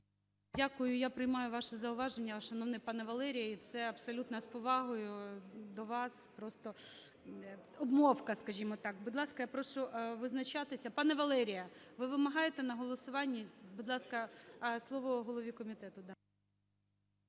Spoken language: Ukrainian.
Дякую. Я приймаю ваше зауваження, шановний пане Валерій. І це абсолютно з повагою до вас. Просто… обмовка, скажімо так. Будь ласка, я прошу визначатися. Пане Валерій, ви вимагаєте на голосуванні? Будь ласка, слово голові комітету.